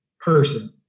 person